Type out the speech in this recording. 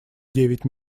девять